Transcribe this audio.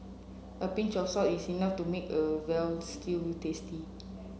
a pinch of salt is enough to make a veal stew tasty